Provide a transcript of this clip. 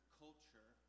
culture